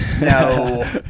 No